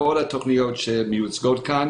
לכל התוכניות שמוצגות כאן,